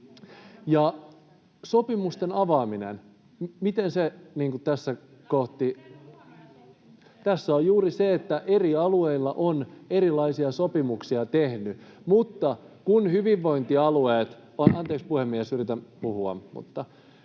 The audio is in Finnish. Sopimusten avaaminen, miten se tässä kohti? Tässä on juuri se, että eri alueilla on erilaisia sopimuksia tehty, mutta kun hyvinvointialueet... — Anteeksi, puhemies, yritän puhua. —